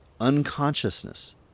unconsciousness